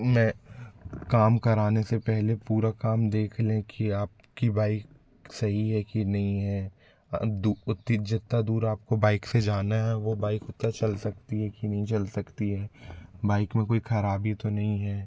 मैं काम कराने से पहले पूरा काम देख लें कि आप की बाइक सही है कि नई है जितना दूर आपको बाइक से जाना है वो बाइक उतना चल सकती है कि नई चल सकती है बाइक में कोई खराबी तो नहीं है